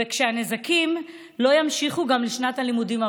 ושהנזקים לא ימשיכו גם בשנת הלימודים הבאה,